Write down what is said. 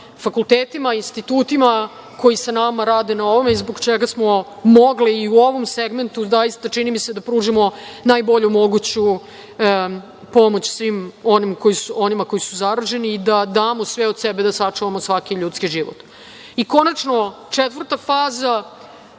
institutima, koji sa nama rade na ovome, i zbog čega smo mogli i u ovom segmentu, zaista, čini mi se, da pružimo najbolju moguću pomoć svim onima koji su zaraženi i da damo sve od sebe da sačuvamo svaki ljudski život. Konačno, četvrta faza,